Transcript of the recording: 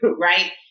right